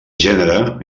gènere